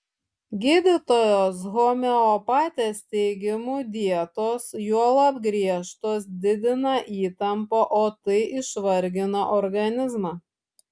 gydytojos homeopatės teigimu dietos juolab griežtos didina įtampą o tai išvargina organizmą